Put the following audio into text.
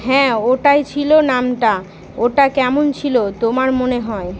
হ্যাঁ ওটাই ছিল নামটা ওটা কেমন ছিল তোমার মনে হয়